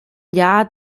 jahr